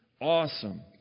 awesome